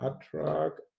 attract